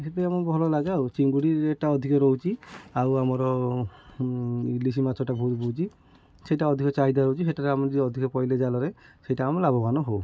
ସେଥିପାଇଁ ଆମକୁ ଭଲ ଲାଗେ ଆଉ ଚିଙ୍ଗୁଡ଼ି ରେଟଟା ଅଧିକ ରହୁଛି ଆଉ ଆମର ଇଲିଶି ମାଛଟା ବହୁତ ବହୁଛି ସେଇଟା ଅଧିକ ଚାହିଦା ରହୁଛି ସେଠାରେ ଆମେ ବି ଅଧିକ ପଇଲେ ଜାଲରେ ସେଇଟା ଆମ ଲାଭବାନ ହଉ